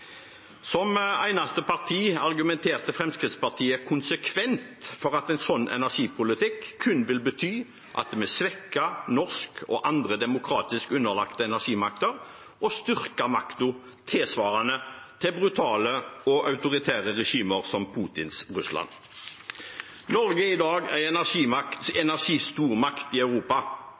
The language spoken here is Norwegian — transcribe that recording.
Som eneste parti argumenterte Fremskrittspartiet konsekvent for at en sånn energipolitikk kun vil bety at vi svekker norsk energimakt og andre demokratisk underlagte energimakter og tilsvarende styrker makten til brutale og autoritære regimer, som Putins Russland. Norge er i dag en energistormakt i Europa.